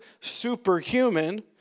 superhuman